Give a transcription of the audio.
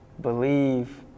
believe